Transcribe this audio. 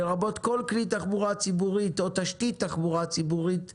לרבות כל כלי תחבורה ציבורית או תשתית תחבורה ציבורית שמתוכנן,